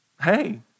hey